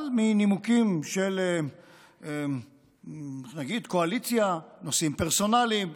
אבל מנימוקים של נגיד קואליציה, נושאים פרסונליים,